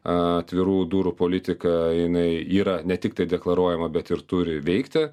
atvirų durų politika jinai yra ne tiktai deklaruojama bet ir turi veikti